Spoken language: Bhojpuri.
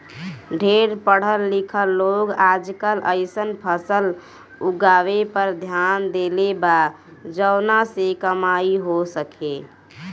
ढेर पढ़ल लिखल लोग आजकल अइसन फसल उगावे पर ध्यान देले बा जवना से कमाई हो सके